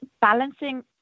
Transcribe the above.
balancing